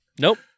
Nope